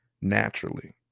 naturally